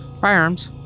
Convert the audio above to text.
firearms